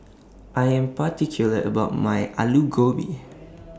I Am particular about My Alu Gobi